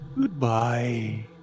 goodbye